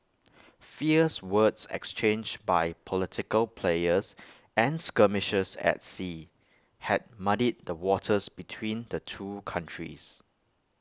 fierce words exchanged by political players and skirmishes at sea had muddied the waters between the two countries